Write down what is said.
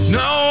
no